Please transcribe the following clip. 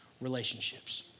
relationships